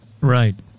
Right